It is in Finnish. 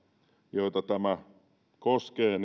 joita tämä koskee